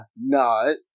no